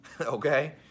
okay